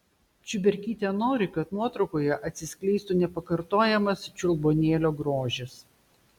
čiuberkytė nori kad nuotraukoje atsiskleistų nepakartojamas čiulbuonėlio grožis